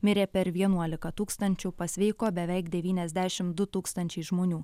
mirė per vienuolika tūkstančių pasveiko beveik devyniasdešimt du tūkstančiai žmonių